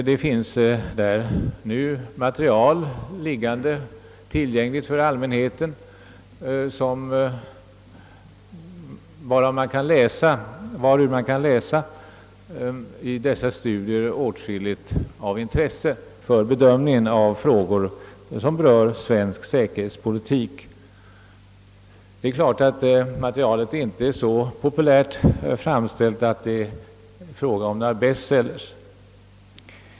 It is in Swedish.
Där finns ett material som är tillgängligt för allmänheten, och genom studier i detta kan man hämta åtskilligt som är av intresse för bedömningen av frågor som berör svensk säkerhetspolitik. Materialet är väl inte så populärt framställt att det kan bli fråga om någon bestseller.